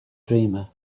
dreamer